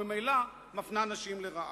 וממילא מפלה נשים לרעה.